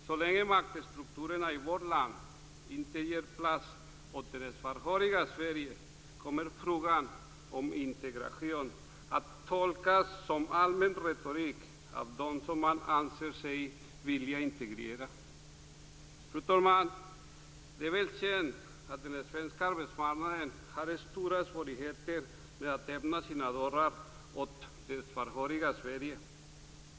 Så länge maktstrukturerna i vårt land inte ger plats åt det svarthåriga Sverige kommer frågan om integration att tolkas som allmän retorik av dem som man anser sig vilja integrera. Fru talman! Det är väl känt att den svenska arbetsmarknaden har stora svårigheter med att öppna sina dörrar för det svarthåriga Sverige.